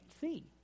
see